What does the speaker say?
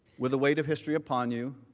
with the weight of history upon you